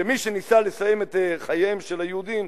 כשמי שניסה לסיים את חייהם של היהודים